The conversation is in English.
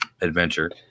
adventure